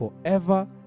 forever